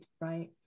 right